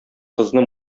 кызны